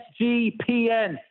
SGPN